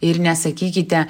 ir nesakykite